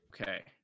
Okay